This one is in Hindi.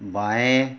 बाएँ